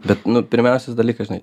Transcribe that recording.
bet nu pirmiausias dalykas žinai